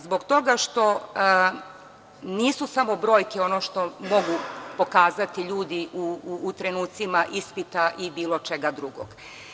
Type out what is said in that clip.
Zbog toga što nisu samo brojke ono što mogu pokazati ljudi u trenucima ispita i bilo čega drugog.